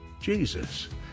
Jesus